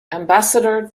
ambassador